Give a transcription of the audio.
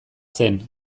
zen